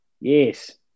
Yes